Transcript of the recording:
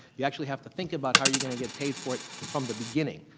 you actually have to think about how you're going to get paid for it from the beginning.